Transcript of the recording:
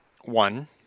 one